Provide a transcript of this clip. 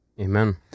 Amen